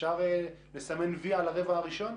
אפשר לסמן "וי" על הרבע הראשון?